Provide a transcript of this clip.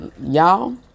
y'all